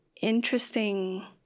interesting